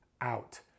out